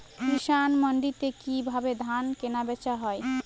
কৃষান মান্ডিতে কি ভাবে ধান কেনাবেচা হয়?